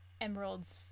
emeralds